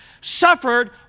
suffered